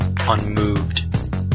unmoved